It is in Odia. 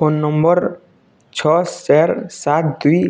ଫୋନ୍ ନମ୍ବର ଛଅ ଚାରି ସାତ ଦୁଇ